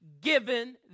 given